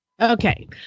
Okay